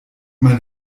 mein